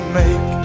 make